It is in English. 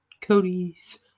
Cody's